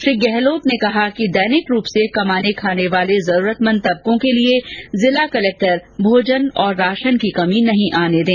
श्री गहलोत ने कहा कि दैनिक रूप से कमाने खाने वाले जरूरतमंद तबकों के लिए जिला कलेक्टर भोजन और राशन की कमी नहीं आने दें